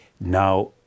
now